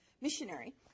missionary